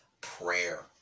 prayer